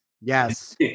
Yes